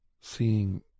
Seeing